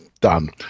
Done